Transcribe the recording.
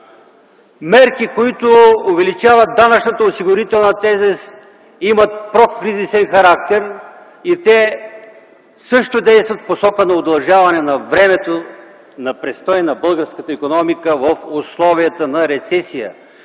Мерки, които увеличават данъчната и осигурителна тежест имат прокризисен характер, също действат в посока удължаване времето на престой на българската икономика в условията на рецесия